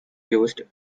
used